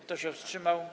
Kto się wstrzymał?